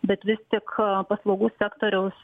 bet vis tik paslaugų sektoriaus